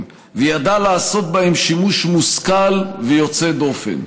וידע לעשות בהם שימוש מושכל ויוצא דופן.